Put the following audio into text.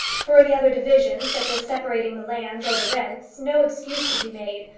for any other division, such as separating the land or the rents, no excuse could be made,